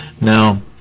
now